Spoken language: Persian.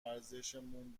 ارزشمون